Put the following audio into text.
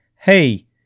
hey